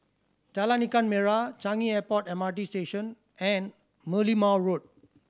Jalan Ikan Merah Changi Airport M R T Station and Merlimau Road